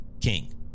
King